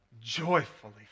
Joyfully